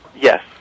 Yes